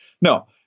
no